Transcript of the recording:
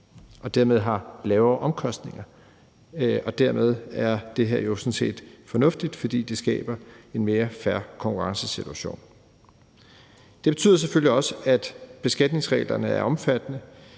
og dermed har lavere omkostninger. Og dermed er det her jo sådan set fornuftigt, fordi det skaber en mere fair konkurrencesituation. Det betyder selvfølgelig også, at beskatningsreglerne er omfattende,